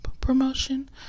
promotion